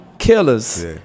killers